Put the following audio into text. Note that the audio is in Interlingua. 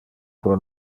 pro